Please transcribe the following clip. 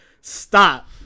stop